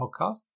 Podcast